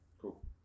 Cool